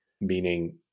meaning